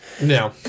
No